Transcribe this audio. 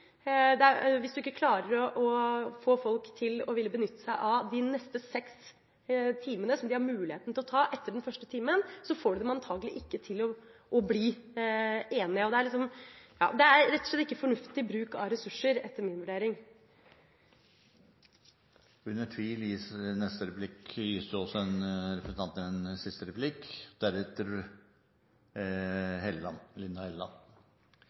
Hvis du ikke klarer å få folk til å benytte seg av de neste seks timene – som de har muligheten til etter den første timen – får du dem antakelig ikke til å bli enige. Det er rett og slett ikke fornuftig bruk av ressurser, etter min vurdering. Under tvil gis representanten Håbrekke også en siste replikk. Når det gjelder forslaget om meglingstimer, er det jo